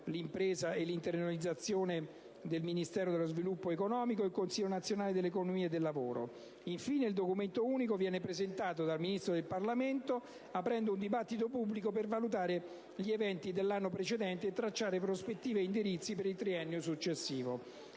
sviluppo e la competitività del turismo della Presidenza del Consiglio; Consiglio nazionale dell'economia e del lavoro. Infine, il documento unico viene presentato dal Ministro al Parlamento aprendo un dibattito pubblico per valutare gli eventi dell'anno precedente e tracciare prospettive e indirizzi per il triennio successivo.